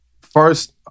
first